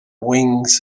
wings